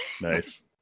Nice